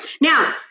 now